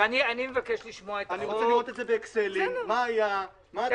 אני רוצה לראות באקסלים מה היה, מה התוספת.